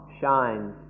shines